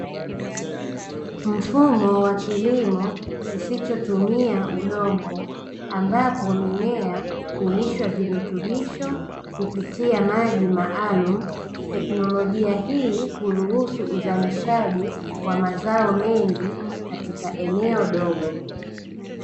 Mfumo wa kilimo kisichotumia udongo, ambapo mimea hulishwa virutubisho kupitia maji maalumu. Teknolojia hii huruhusu uzalishaji wa mazao mengi katika eneo dogo.